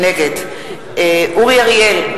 נגד אורי אריאל,